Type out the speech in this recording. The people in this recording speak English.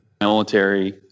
military